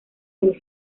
del